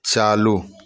चालू